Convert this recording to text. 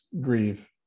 grieve